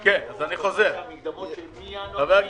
1 תסדרו לי לעבוד שם מינון פיננסי חברתי,